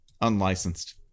unlicensed